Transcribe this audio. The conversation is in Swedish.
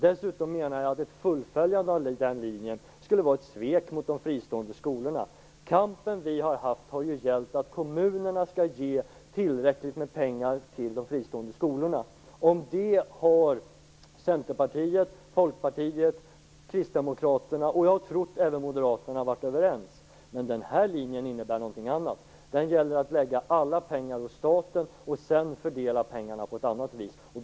Dessutom menar jag att ett fullföljande av den linjen skulle vara ett svek mot de fristående skolorna. Kampen som vi har haft har ju gällt att kommunerna skall ge tillräckligt med pengar till de fristående skolorna. Om det har Centerpartiet, Folkpartiet, Kristdemokraterna och jag har trott även Moderaterna varit överens. Men denna linje innebär något annat. Den innebär att man lägger alla pengar hos staten och att man sedan fördelar pengarna på ett annat sätt.